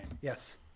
Yes